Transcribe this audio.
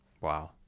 Wow